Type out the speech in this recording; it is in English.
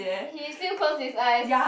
he still close his eyes